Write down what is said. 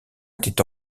était